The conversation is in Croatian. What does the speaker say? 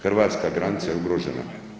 Hrvatska granica je ugrožena.